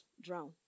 drown